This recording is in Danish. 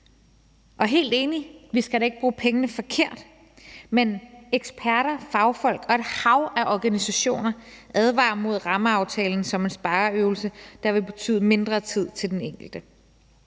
er helt enig, vi skal da ikke bruge pengene forkert, men eksperter, fagfolk og et hav af organisationer advarer imod rammeaftalen som en spareøvelse, der vil betyde mindre tid til den enkelte.